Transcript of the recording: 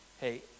hey